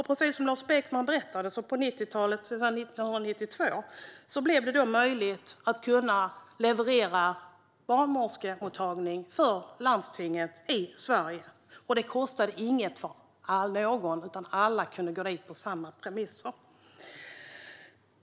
Precis som Lars Beckman berättade blev det så 1992 möjligt att leverera barnmorskemottagningar för landstingen i Sverige, och det kostade inget för någon, utan alla kunde gå dit på samma premisser.